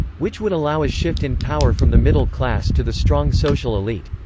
which would allow a shift in power from the middle class to the strong social elite.